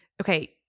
Okay